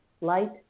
light